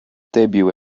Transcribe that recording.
debut